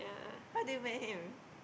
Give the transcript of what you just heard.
how did you met him